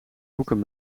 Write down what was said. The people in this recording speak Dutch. hoeken